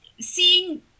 Seeing